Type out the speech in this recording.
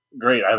great